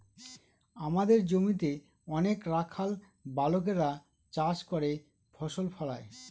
আমাদের জমিতে অনেক রাখাল বালকেরা চাষ করে ফসল ফলায়